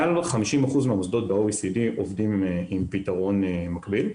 מעל 50% מהמוסדות ב-OECD עובדים עם פתרון מקביל.